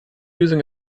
using